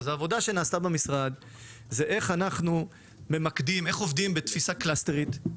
אז העבודה שנעשתה במשרד עסקה באיך אנחנו עובדים בתפיסה קלסטרית,